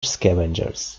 scavengers